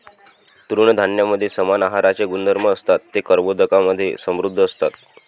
तृणधान्यांमध्ये समान आहाराचे गुणधर्म असतात, ते कर्बोदकांमधे समृद्ध असतात